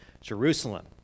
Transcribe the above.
Jerusalem